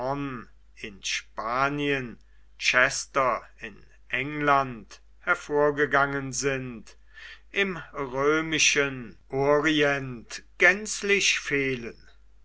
in spanien chester in england hervorgegangen sind im römischen orient gänzlich fehlen